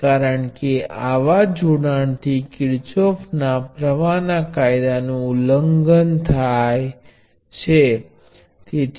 તેથી હું આની કોઈપણ સંખ્યાને સમાંતર મૂકી શકું છું